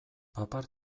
papar